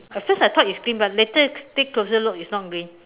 at first I thought it's green but later take closer look it's not green